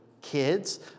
kids